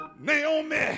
Naomi